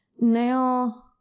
Now